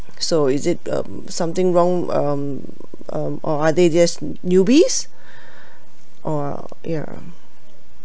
so is it um something wrong um um or are they just newbies or ya